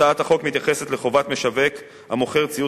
הצעת החוק מתייחסת לחובת משווק המוכר ציוד